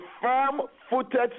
firm-footed